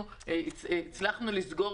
אנחנו הצלחנו לסגור